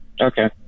Okay